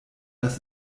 das